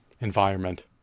environment